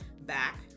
back